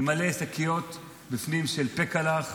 עם מלא שקיות בפנים של פעקלעך.